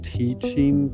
teaching